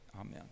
amen